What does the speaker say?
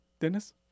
Dennis